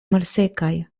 malsekaj